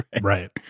Right